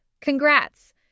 Congrats